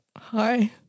Hi